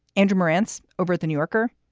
andrew morans over at the new yorker.